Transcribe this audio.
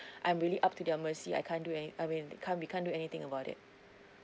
I'm really up to their mercy I can't do anything I mean we can't we can't do anything about it